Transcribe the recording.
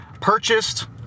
purchased